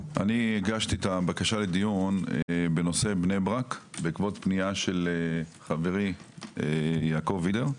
הגשתי את הבקשה לדיון בנושא בני ברק בעקבות פנייה של חברי יעקב וידר.